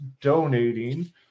donating